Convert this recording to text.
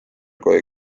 kui